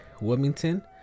Wilmington